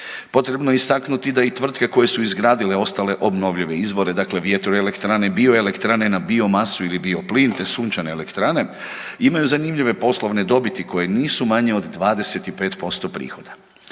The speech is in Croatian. Potrebno je istaknuti da i tvrtke koje su izgradile ostale obnovljive izvore, dakle vjetroelektrane, bioelektrane na biomasu ili bioplin te sunčane elektrane imaju zanimljive poslovne dobiti koje nisu manje od 25% prihoda.